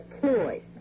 ploy